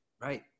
Right